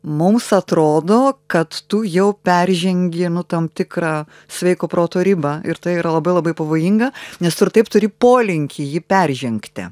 mums atrodo kad tu jau peržengi tam tikrą sveiko proto ribą ir tai yra labai labai pavojinga nes tu ir taip turi polinkį jį peržengti